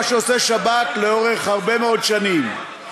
מה שעושה שב"כ לאורך הרבה מאוד שנים.